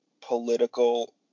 political